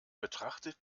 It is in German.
betrachtet